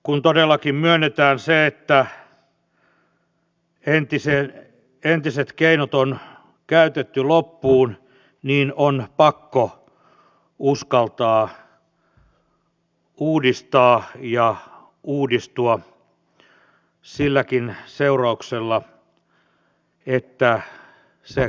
kun todellakin myönnetään se että entiset keinot on käytetty loppuun niin on pakko uskaltaa uudistaa ja uudistua silläkin seurauksella että se koskettaa kipeästi